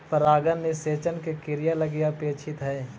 परागण निषेचन के क्रिया लगी अपेक्षित हइ